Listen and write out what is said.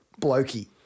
blokey